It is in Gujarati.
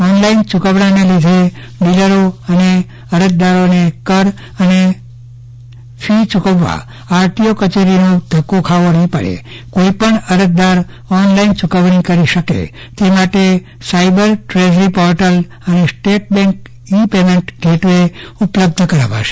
ઓનલાઈન ચુકવજ્ઞાને લીધે ડીલરો અને અરજદારોને કર અને ફી ચુકવવા આરટીઓ કચેરીનો ધક્કો ખાવો નહીં પડે કોઈપણ અરજદાર ઓનલાઈન ચુકવણી કરી શકે તે માટે સાઈબર ટ્રેઝરી પોર્ટલ અને state bank e payment gateway ઉપલબ્ધ કરાય છે